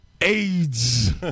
AIDS